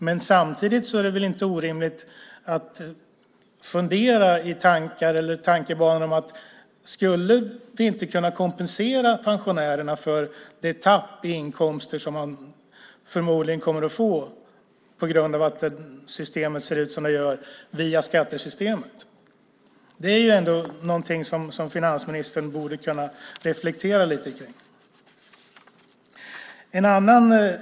Men samtidigt är det inte orimligt att fundera på om vi inte skulle kunna kompensera pensionärerna via skattesystemet för det tapp i inkomster som de förmodligen kommer att få på grund av att systemet ser ut som det gör. Det är ändå någonting som finansministern borde kunna reflektera lite över.